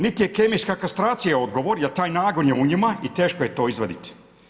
Niti je kemijska kastracija odgovor jer taj nagon je u njima i teško je to izvaditi.